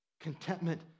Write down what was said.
Contentment